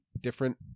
different